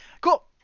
Cool